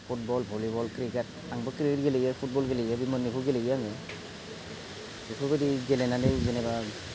football volleyball cricket आंबो cricket गेलेयो football गेलेयो बे मोननैबो गेलेयो आङो बेफोरबायदि गेलेनानै जेनेबा